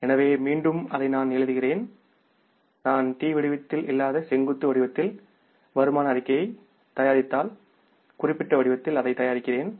எனவே மீண்டும் அதை நான் எழுதுகிறேன் நான் T வடிவத்தில் இல்லாத செங்குத்து வடிவத்தில் வருமான அறிக்கையைத் தயாரித்ததால் குறிப்பிட்ட வடிவத்தில் அதைத் தயாரிக்கிறேன்